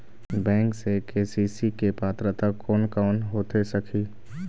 Bank से KCC के पात्रता कोन कौन होथे सकही?